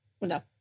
No